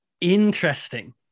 Interesting